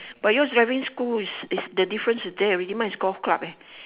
but yours driving school is is the difference there already mah is golf club eh